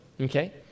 okay